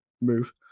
move